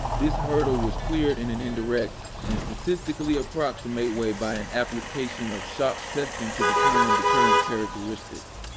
this hurdle was cleared in an indirect and statistically approximateway by an application of shock testing to determine the current characteristics,